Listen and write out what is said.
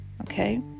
okay